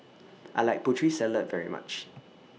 I like Putri Salad very much